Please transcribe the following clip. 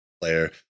player